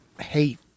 hate